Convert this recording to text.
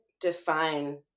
define